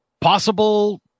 Possible